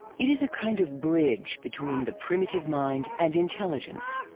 it is a kind of bridge between the primitive mind and intelligence.